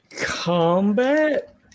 combat